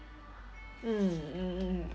mm mm mm